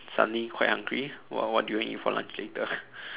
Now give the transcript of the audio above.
suddenly quite hungry what what do you want eat for lunch later